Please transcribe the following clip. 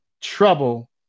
trouble